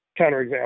counterexample